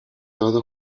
todo